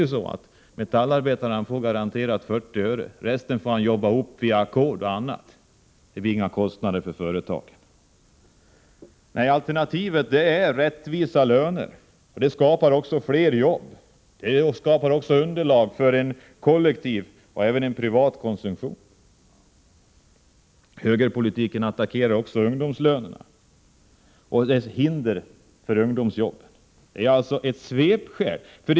Metallarbetaren får garanterat 40 öre, resten får han jobba ihop via ackord och annat. Det blir inga kostnader för företagen. Alternativet är rättvisa löner. Det skapar också fler jobb och underlag för en kollektiv och en privat konsumtion. Högerpolitiken attackerar också ungdomslönerna. Det sägs att dessa utgör ett hinder för arbete åt ungdomarna. Det är ett svepskäl.